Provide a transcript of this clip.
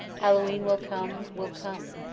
hallowe'en will come, will come,